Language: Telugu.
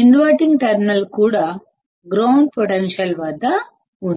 ఇన్వర్టింగ్ టెర్మినల్ కూడా గ్రౌండ్ పొటెన్షియల్ వద్ద ఉంది